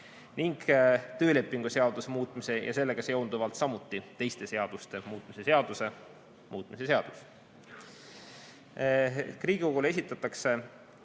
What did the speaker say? ning töölepingu seaduse muutmise ja sellega seonduvalt teiste seaduste muutmise seaduse muutmise seaduse eelnõu. Riigikogule esitatakse